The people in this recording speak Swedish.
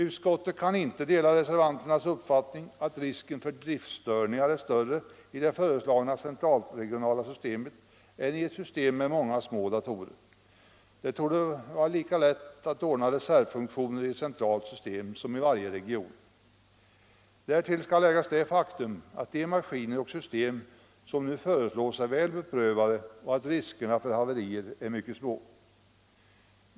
Utskottet kan inte dela reservanternas uppfattning att risken för driftstörningar är större i det föreslagna central/regionala systemet än i ett system med många små datorer. Det torde vara lika lätt att ordna reservfunktioner centralt som i varje region. Därtill skall läggas det faktum att de maskiner och system som nu föreslås är väl beprövade och att riskerna för haverier är mycket små.